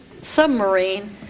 submarine